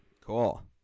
Cool